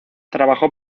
trabajó